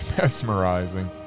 mesmerizing